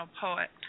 poet